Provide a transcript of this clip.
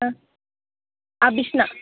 Abhishna